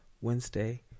Wednesday